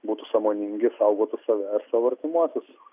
būtų sąmoningi saugotų save ir savo artimuosius